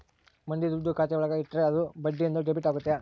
ಮಂದಿ ದುಡ್ಡು ಖಾತೆ ಒಳಗ ಇಟ್ರೆ ಅದು ಬಡ್ಡಿ ಬಂದು ಡೆಬಿಟ್ ಆಗುತ್ತೆ